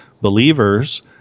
believers